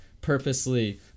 purposely